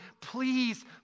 Please